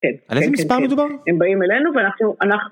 כן, כן, כן, כן.. על איזה מספר מדובר? הם.. הם באים אלינו ואנחנו.. אנחנו